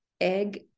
egg